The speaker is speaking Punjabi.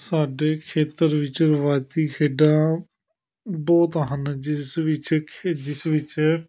ਸਾਡੇ ਖੇਤਰ ਵਿੱਚ ਰਵਾਇਤੀ ਖੇਡਾਂ ਬਹੁਤ ਹਨ ਜਿਸ ਵਿੱਚ ਖੇ ਜਿਸ ਵਿੱਚ